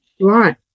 Right